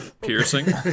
piercing